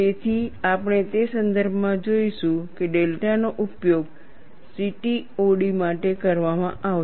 તેથી આપણે તે સંદર્ભમાં જોઈશું કે ડેલ્ટા નો ઉપયોગ CTOD માટે કરવામાં આવશે